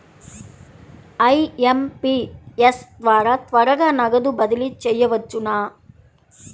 IMPS ద్వారా త్వరగా నగదు బదిలీ చేయవచ్చునా?